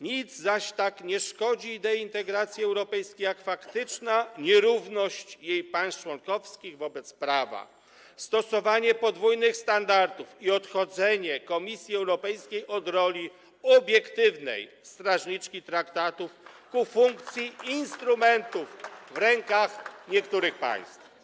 Nic zaś tak nie szkodzi idei integracji europejskiej jak faktyczna nierówność jej państw członkowskich wobec prawa, stosowanie podwójnych standardów i odchodzenie Komisji Europejskiej od roli obiektywnej strażniczki traktatów ku funkcji instrumentów w rękach niektórych państw.